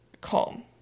calm